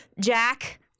Jack